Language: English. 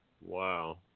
Wow